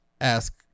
ask